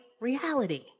reality